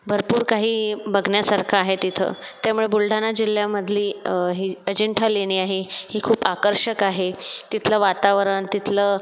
भरपूर काही बघण्यासारखं आहे तिथं त्यामुळे बुलढाणा जिल्ह्यामधली ही अजिंठा लेणी आहे ही खूप आकर्षक आहे तिथलं वातावरण तिथलं